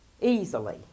easily